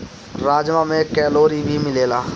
राजमा में कैलोरी भी मिलेला